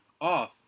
off